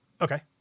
Okay